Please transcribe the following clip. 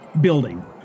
building